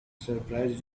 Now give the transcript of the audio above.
surprised